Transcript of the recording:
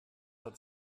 hat